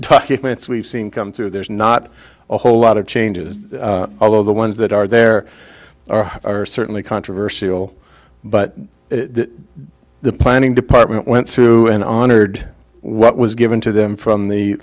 points we've seen come through there's not a whole lot of changes although the ones that are there are certainly controversial but the planning department went through and honored what was given to them from the